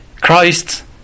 Christ